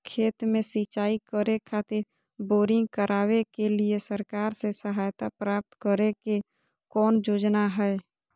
खेत में सिंचाई करे खातिर बोरिंग करावे के लिए सरकार से सहायता प्राप्त करें के कौन योजना हय?